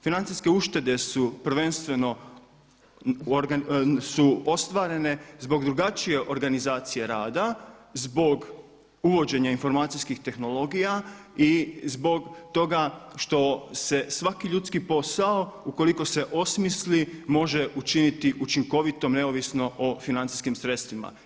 Financijske uštede su prvenstveno su ostvarene zbog drugačije organizacije rada, zbog uvođenja informacijskih tehnologija i zbog toga što se svaki ljudski posao ukoliko se osmisli može učiniti učinkovitom neovisno o financijskim sredstvima.